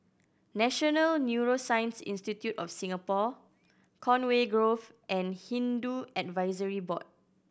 National Neuroscience Institute of Singapore Conway Grove and Hindu Advisory Board